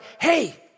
Hey